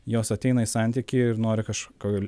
jos ateina į santykį ir nori kažko